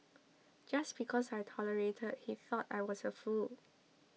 just because I tolerated he thought I was a fool